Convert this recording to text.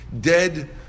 dead